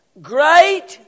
Great